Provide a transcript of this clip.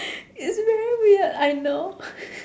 it's very weird I know